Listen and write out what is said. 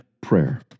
prayer